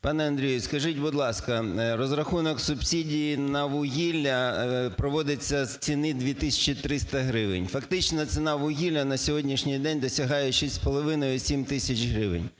Пане Андрію, скажіть, будь ласка, розрахунок субсидій на вугілля проводиться з ціни 2 тисячі 300 гривень, фактично ціна вугілля на сьогоднішній день досягає 6,5-7 тисяч гривень.